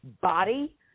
body